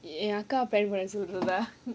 என் அக்கா:en akka